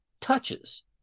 touches